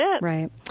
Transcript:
Right